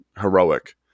heroic